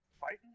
Fighting